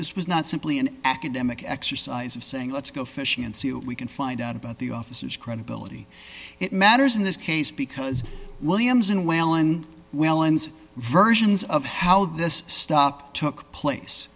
this was not simply an academic exercise of saying let's go fishing and see what we can find out about the officers credibility it matters in this case because williams and whalen whelan's versions of how this stop took place